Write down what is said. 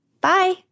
Bye